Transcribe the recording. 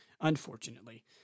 unfortunately